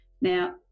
Now